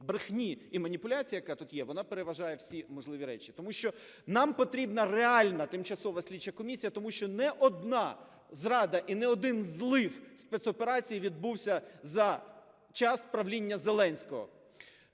брехні і маніпуляцій, яка тут є, вона переважає всі можливі речі. Тому що нам потрібна реальна тимчасова слідча комісії, тому що не одна зрада і не один злив спецоперацій відбувся за час правління Зеленського.